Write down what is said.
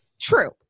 true